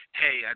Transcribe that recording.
hey